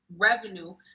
revenue